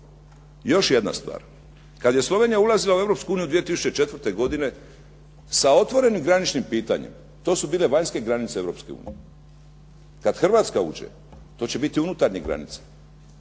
Još jedna stvar. Kad je Slovenija ulazila u Europsku uniju 2004. godine sa otvorenim graničnim pitanjem to su bile vanjske granice Europske unije. Kad Hrvatska uđe to će biti unutarnje granice.